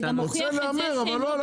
רוצה להמר אבל לא על הכל.